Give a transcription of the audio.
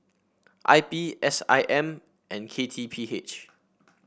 I P S I M and K T P H